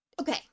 okay